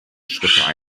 schritte